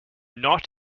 not